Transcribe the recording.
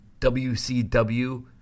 wcw